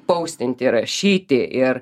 paustinti rašyti ir